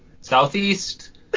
Southeast